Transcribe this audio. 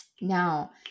Now